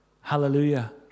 Hallelujah